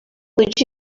would